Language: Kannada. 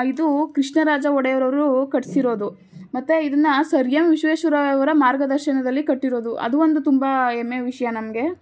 ಇದು ಕೃಷ್ಣರಾಜ ಒಡೆಯರ್ ಅವರು ಕಟ್ಟಿಸಿರೋದು ಮತ್ತು ಇದನ್ನು ಸರ್ ಎಮ್ ವಿಶ್ವೇಶ್ವರಯ್ಯ ಅವರ ಮಾರ್ಗದರ್ಶನದಲ್ಲಿ ಕಟ್ಟಿರೋದು ಅದು ಒಂದು ತುಂಬ ಹೆಮ್ಮೆ ವಿಷಯ ನಮಗೆ